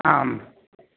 आम्